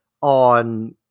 on